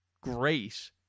great